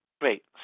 great